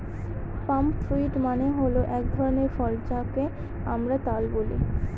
পাম fruit মানে হল এক ধরনের ফল যাকে আমরা তাল বলি